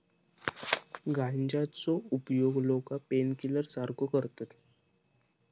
गांजाचो उपयोग लोका पेनकिलर सारखो करतत